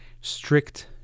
strict